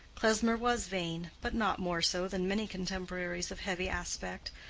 klesmer was vain, but not more so than many contemporaries of heavy aspect,